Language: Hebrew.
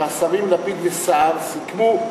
שהשרים לפיד וסער סיכמו,